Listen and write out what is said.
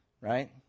Right